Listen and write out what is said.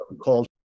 called